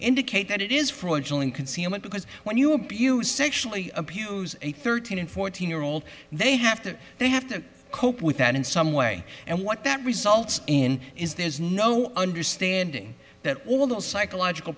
indicate that it is fraudulent concealment because when you abuse sexually abuse a thirteen and fourteen year old they have to they have to cope with that in some way and what that results in is there's no understand landing that all the psychological